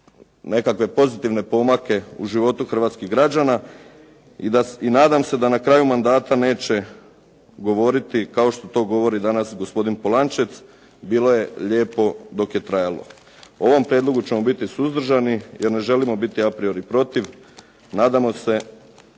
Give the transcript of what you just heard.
nekakve pozitivne pomake u životu hrvatskih građana. I nadam se da na kraju mandata neće govoriti kao što to govori danas gospodin Polančec, bilo je lijepo dok je trajalo. U ovom prijedlogu ćemo biti suzdržani, jer ne želimo biti a priori i protiv. Nadamo se